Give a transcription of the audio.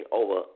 over